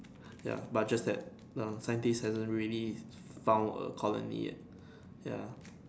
ya but just that uh scientist hasn't really found a colony yet ya